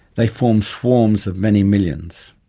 they form swarms of many millions.